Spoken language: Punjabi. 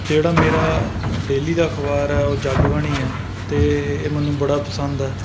ਜਿਹੜਾ ਮੇਰਾ ਡੇਲੀ ਦਾ ਅਖਬਾਰ ਹੈ ਉਹ ਜਗ ਬਾਣੀ ਹੈ ਅਤੇ ਇਹ ਮੈਨੂੰ ਬੜਾ ਪਸੰਦ ਹੈ